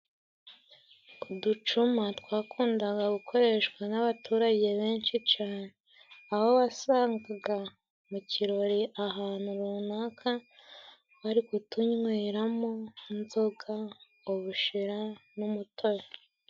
Uducuma twakundaga gukoreshwa n'abaturage benshi cane. Aho wasangaga mu kirori ahantu runaka bari kutunyweramo inzoga ubushera, n'umutobe.